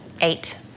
eight